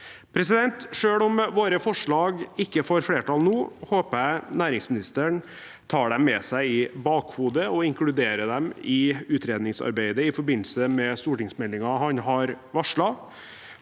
av vinduet. Selv om våre forslag ikke får flertall nå, håper jeg næringsministeren tar dem med seg i bakhodet og inkluderer dem i utredningsarbeidet i forbindelse med stortingsmeldingen han har varslet.